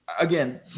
Again